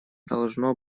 должно